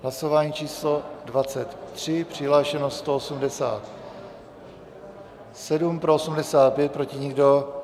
Hlasování číslo 23, přihlášeno 187, pro 85, proti nikdo.